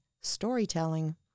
storytelling